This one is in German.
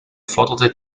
forderte